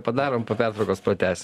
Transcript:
padarom po pertraukos pratęs